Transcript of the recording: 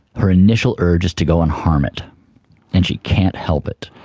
her initial urge is to go and harm it and she can't help it,